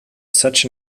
such